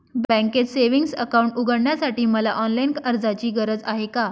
बँकेत savings account उघडण्यासाठी मला ऑनलाईन अर्जाची गरज आहे का?